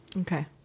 okay